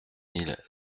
mille